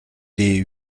les